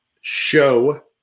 Show